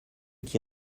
qui